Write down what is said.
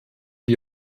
die